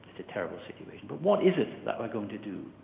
it's a terrible situation. but what is it that we're going to do?